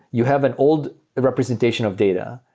you have an old representation of data.